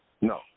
no